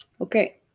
Okay